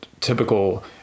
typical